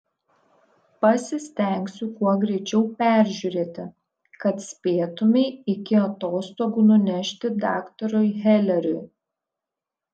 pasistengsiu kuo greičiau peržiūrėti kad spėtumei iki atostogų nunešti daktarui heleriui